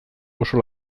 oso